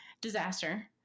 Disaster